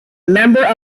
member